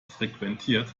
frequentiert